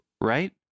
Right